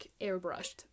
airbrushed